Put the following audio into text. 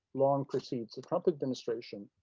long precedes the trump administration.